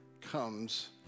comes